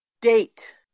date